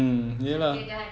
mm ya lah